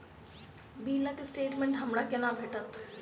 बिलक स्टेटमेंट हमरा केना भेटत?